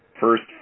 First